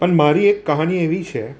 પણ મારી એક કહાની એવી છે